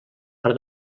per